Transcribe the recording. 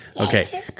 Okay